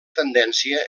tendència